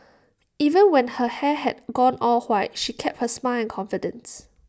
even when her hair had gone all white she kept her smile and confidence